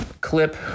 clip